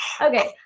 Okay